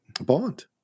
Bond